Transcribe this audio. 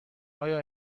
آیا